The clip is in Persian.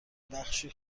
بخشی